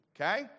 okay